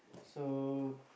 so